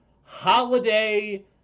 holiday